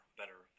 better